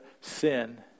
sin